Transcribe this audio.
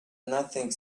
nothing